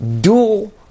dual